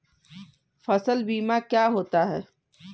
फसल बीमा क्या होता है?